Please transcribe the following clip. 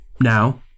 Now